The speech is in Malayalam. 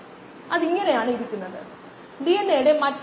മൊത്തം കോശങ്ങളുടെ അളക്കുന്നത് നോക്കാം